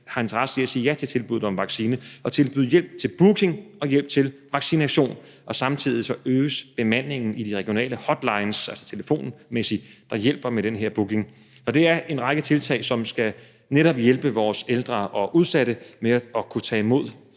har interesse i at sige ja til tilbuddet om vaccination, og tilbyde hjælp til booking og til vaccination, og samtidig øges bemandingen i de regionale hotlines, der over telefonen hjælper med den her booking. Det er en række tiltag, som netop skal hjælpe vores ældre og udsatte med at kunne tage imod